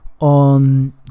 On